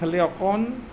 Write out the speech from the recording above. খালী অকণ